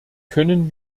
können